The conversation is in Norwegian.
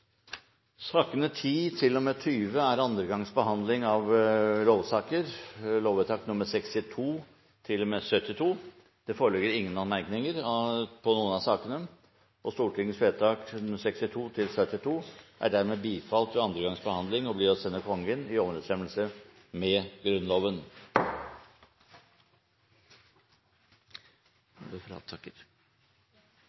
sakene nr. 10–20 Sakene nr. 10–20 er andre gangs behandling av lovsaker. Det foreligger ingen forslag til anmerkning til noen av sakene. Stortingets lovvedtak er dermed bifalt ved andre gangs behandling og blir å sende Kongen i overensstemmelse med Grunnloven.